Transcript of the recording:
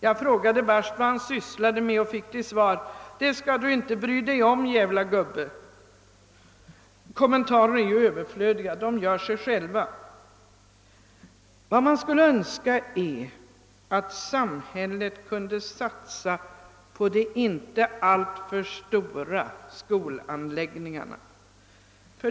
Jag frågade barskt vad han sysslade med och fick till svar: — Det ska du inte bry dig om jävla göbbe...» Kommentarer är ju överflödiga. Vad man skulle önska är att samhället kunde satsa på inte allt för stora skolanläggningar.